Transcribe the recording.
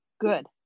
Good